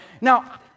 Now